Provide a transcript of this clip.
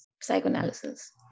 psychoanalysis